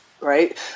Right